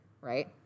right